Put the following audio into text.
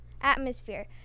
atmosphere